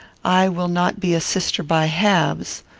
i will not be a sister by halves.